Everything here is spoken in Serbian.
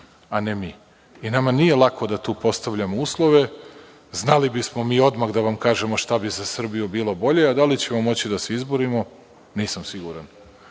a ne mi. Nama nije lako da tu postavljamo uslove. Znali bismo mi odmah da vam kažemo šta bi za Srbiju bilo bolje. Da li ćemo moći da se izborimo? Nisam siguran. Što